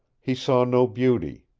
he saw no beauty.